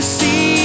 see